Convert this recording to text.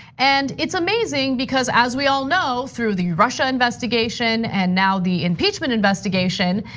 and it's amazing because, as we all know through the russia investigation and now the impeachment investigation,